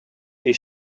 est